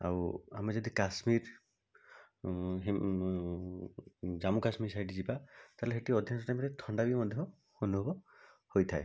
ଆଉ ଆମେ ଯଦି କାଶ୍ମୀର ଜମ୍ମୁ କାଶ୍ମୀର ସାଇଡ଼୍ ଯିବା ତା'ହେଲେ ସେଇଠି ଅଧିକାଂଶ ଟାଇମ୍ରେ ଥଣ୍ଡା ବି ମଧ୍ୟ ଅନୁଭବ ହୋଇଥାଏ